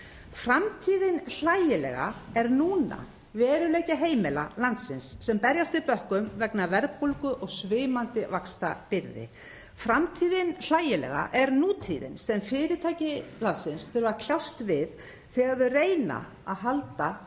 Framtíðin hlægilega er núna: Veruleiki heimila landsins sem berjast í bökkum vegna verðbólgu og svimandi vaxtabyrði. Framtíðin hlægilega er nútíðin sem fyrirtæki landsins þurfa að kljást við þegar þau reyna að halda